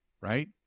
right